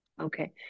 Okay